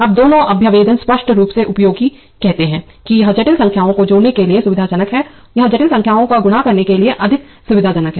अब दोनों अभ्यावेदन स्पष्ट रूप से उपयोगी कहते हैं कि यह जटिल संख्याओं को जोड़ने के लिए सुविधाजनक है यह जटिल संख्याओं को गुणा करने के लिए अधिक सुविधाजनक है